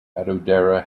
vadodara